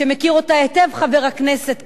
שמכיר אותה היטב חבר הכנסת כץ,